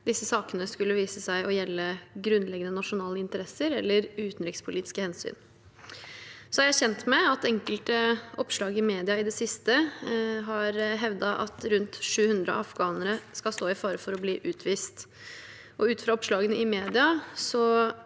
disse sakene skulle vise seg å gjelde grunnleggende nasjonale interesser eller utenrikspolitiske hensyn. Jeg er kjent med at i enkelte oppslag i media i det siste er det hevdet at rundt 700 afghanere skal stå i fare for å bli utvist. Ut fra oppslagene i media